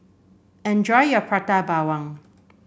enjoy your Prata Bawang